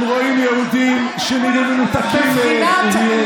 הם רואים יהודים שנראים מנותקים מהם.